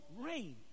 rain